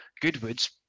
Goodwood's